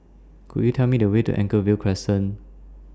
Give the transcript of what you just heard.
Could YOU Tell Me The Way to Anchorvale Crescent